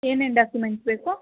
ಏನೇನು ಡಾಕಿಮೆಂಟ್ಸ್ ಬೇಕು